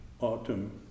Autumn